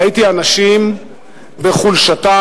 ראיתי אנשים בחולשתם,